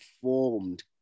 formed